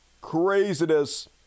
Craziness